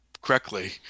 correctly